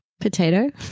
potato